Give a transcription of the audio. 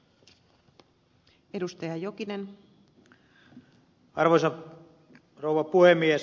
arvoisa rouva puhemies